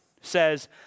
says